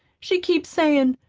she keeps sayin',